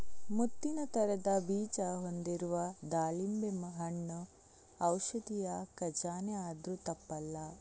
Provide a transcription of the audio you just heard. ಮುತ್ತಿನ ತರದ ಬೀಜ ಹೊಂದಿರುವ ದಾಳಿಂಬೆ ಹಣ್ಣು ಔಷಧಿಯ ಖಜಾನೆ ಅಂದ್ರೂ ತಪ್ಪಲ್ಲ